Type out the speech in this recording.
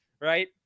right